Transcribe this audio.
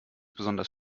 besonders